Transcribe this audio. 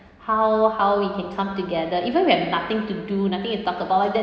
how how we can come together even we have nothing to do nothing to talked about like that